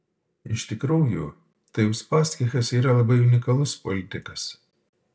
iš tikrųjų tai uspaskichas yra labai unikalus politikas